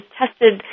tested